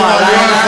או הלילה.